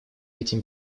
этим